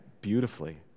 beautifully